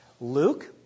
Luke